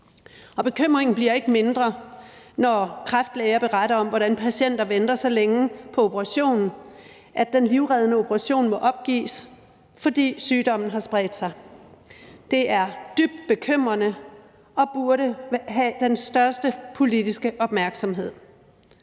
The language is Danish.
bekymringen bliver ikke mindre, når kræftlæger beretter om, hvordan patienter venter så længe på en operation, at den livreddende operation må opgives, fordi sygdommen har spredt sig. Det er dybt bekymrende og burde have den største politiske opmærksomhed.